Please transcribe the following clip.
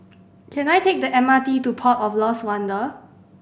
can I take the M R T to Port of Lost Wonder